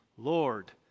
Lord